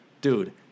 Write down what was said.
Dude